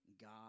God